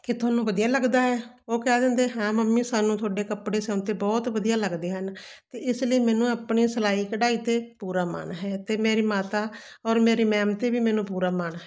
ਕਿ ਤੁਹਾਨੂੰ ਵਧੀਆ ਲੱਗਦਾ ਹੈ ਉਹ ਕਹਿ ਦਿੰਦੇ ਹਾਂ ਮੰਮੀ ਸਾਨੂੰ ਤੁਹਾਡੇ ਕੱਪੜੇ ਸਿਉਂਤੇ ਬਹੁਤ ਵਧੀਆ ਲੱਗਦੇ ਹਨ ਅਤੇ ਇਸ ਲਈ ਮੈਨੂੰ ਆਪਣੇ ਸਿਲਾਈ ਕਢਾਈ 'ਤੇ ਪੂਰਾ ਮਾਣ ਹੈ ਅਤੇ ਮੇਰੀ ਮਾਤਾ ਔਰ ਮੇਰੀ ਮੈਮ 'ਤੇ ਵੀ ਮੈਨੂੰ ਪੂਰਾ ਮਾਣ ਹੈ